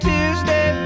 Tuesday